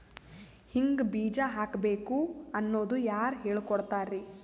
ಹಿಂಗ್ ಬೀಜ ಹಾಕ್ಬೇಕು ಅನ್ನೋದು ಯಾರ್ ಹೇಳ್ಕೊಡ್ತಾರಿ?